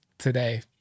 today